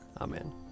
Amen